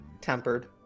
Tempered